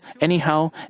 anyhow